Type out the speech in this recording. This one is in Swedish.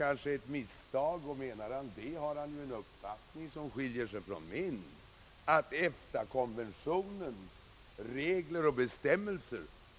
Om herr Ahlmark menar att det kanske var ett misstag, har han en uppfattning som skiljer sig från min i fråga om innebörden av EFTA-konventionens regler och bestämmelser.